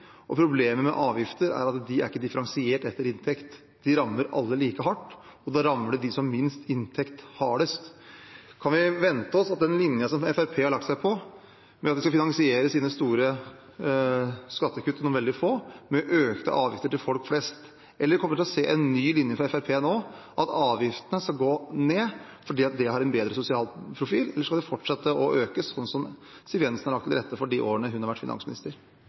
Problemet med avgifter er at de er ikke differensiert etter inntekt. De rammer alle like hardt, og da rammer det dem som har minst inntekt, hardest. Kan vi vente oss mer av den linjen som Fremskrittspartiet har lagt seg på, med at de skal finansiere sine store skattekutt til noen veldig få med økte avgifter til folk flest? Eller kommer vi til å se en ny linje fra Fremskrittspartiet nå, at avgiftene skal gå ned fordi det har en bedre sosial profil, eller skal de fortsette å økes, sånn som Siv Jensen har lagt til rette for de årene hun har vært finansminister?